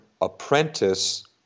apprentice